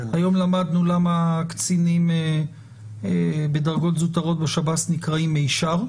היום למדנו למה קצינים בדרגות זוטרות בשב"ס נקראים מישר,